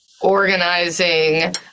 organizing